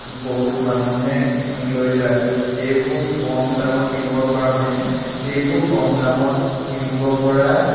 বহুত মানুহে কিনি লৈ যায় এইবোৰ কম দামত কিনিবপৰা হয়নে এইবোৰ কম দামত কিনিবপৰা